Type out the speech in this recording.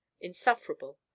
insufferable